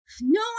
No